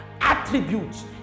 attributes